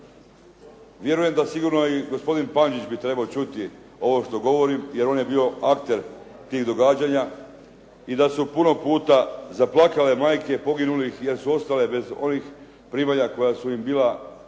vjerujem da sigurno i gospodin Panđić bi trebao čuti ovo što govorim, jer on je bio abder tih događanja i da su puno puta zaplakale majke poginulih jer su ostale bez onih primanja koja su im bila Zakonom